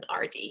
RD